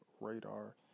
radar